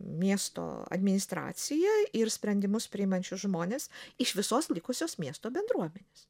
miesto administracija ir sprendimus priimančius žmones iš visos likusios miesto bendruomenės